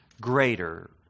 greater